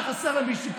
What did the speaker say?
אתה יודע.